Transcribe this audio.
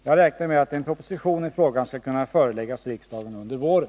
Jag räknar med att en proposition i frågan skall kunna föreläggas riksdagen under våren.